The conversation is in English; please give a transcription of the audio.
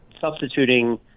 substituting